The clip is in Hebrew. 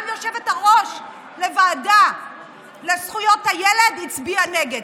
גם היושבת-ראש של הוועדה לזכויות הילד הצביעה נגד,